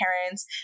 parents